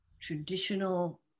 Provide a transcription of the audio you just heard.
traditional